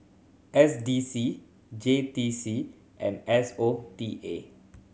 S D C J T C and S O T A